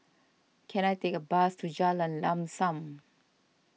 can I take a bus to Jalan Lam Sam